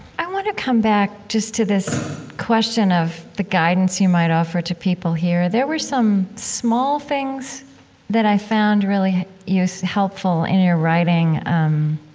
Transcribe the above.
i want to come back just to this question of the guidance you might offer to people here. there were some small things that i found really use helpful in your writing. um,